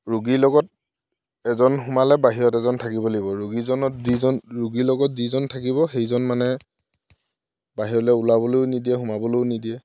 ৰোগীৰ লগত এজন সোমালে বাহিৰত এজন থাকিবই লাগিব ৰোগীজনৰ যিজন ৰোগী লগত যিজন থাকিব সেইজন মানে বাহিৰলৈ ওলাবলৈও নিদিয়ে সোমাবলৈও নিদিয়ে